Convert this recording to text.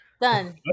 Done